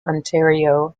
ontario